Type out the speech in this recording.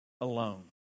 alone